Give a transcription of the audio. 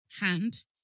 hand